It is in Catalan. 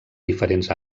diferents